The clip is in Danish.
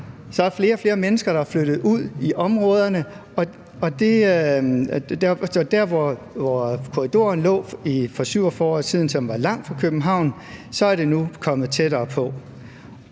Der er flere og flere mennesker, der er flyttet ud i områderne, og det område, hvor korridoren lå for 47 år siden, og som var langt fra København, er nu kommet tættere på.